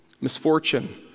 misfortune